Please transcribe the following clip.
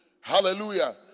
Hallelujah